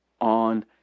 on